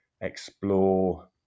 explore